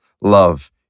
love